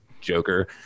joker